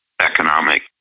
economic